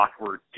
awkward